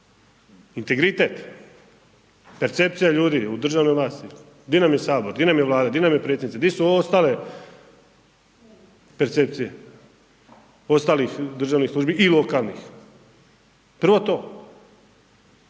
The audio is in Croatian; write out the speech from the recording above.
Integritet, percepcija ljudi u državnoj vlasti, di nam je sabor, di nam je vlada, di nam je predsjednica, di su ostale percepcije ostalih državnih službi i lokalnih, prvo to.